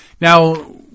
Now